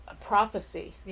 prophecy